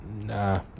Nah